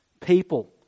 people